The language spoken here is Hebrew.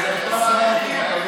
אתם לא רציתם.